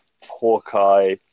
Hawkeye